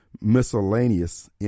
miscellaneous